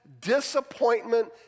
disappointment